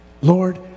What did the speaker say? Lord